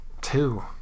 Two